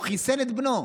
והוא חיסן את בנו.